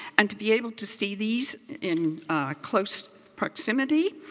and to be able to see these in close proximity.